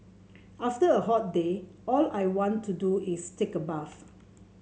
after a hot day all I want to do is take a bath